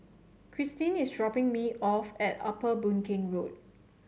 Kristyn is dropping me off at Upper Boon Keng Road